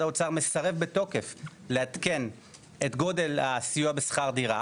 האוצר מסרב בתוקף לעדכן את גודל הסיוע בשכר דירה